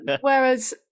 whereas